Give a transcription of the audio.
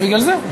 אז בגלל זה.